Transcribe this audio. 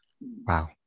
Wow